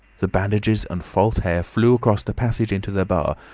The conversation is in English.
the bandages and false hair flew across the passage into the bar,